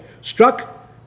struck